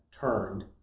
turned